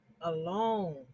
alone